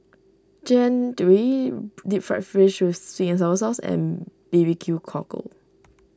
Jian Dui Deep Fried Fish with Sweet and Sour Sauce and B B Q Cockle